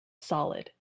solid